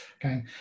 Okay